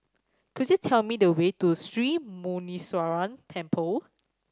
could you tell me the way to Sri Muneeswaran Temple